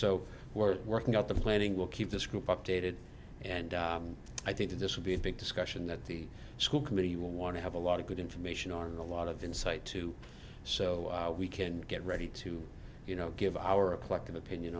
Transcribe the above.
so we're working out the planning will keep this group updated and i think that this will be a big discussion that the school committee will want to have a lot of good information on a lot of insight to so we can get ready to you know give our collective opinion